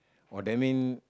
oh that mean